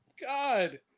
God